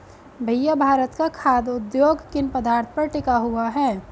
भैया भारत का खाघ उद्योग किन पदार्थ पर टिका हुआ है?